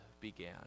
began